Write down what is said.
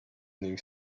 ning